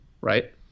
right